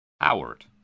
Howard